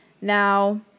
now